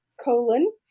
colon